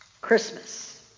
Christmas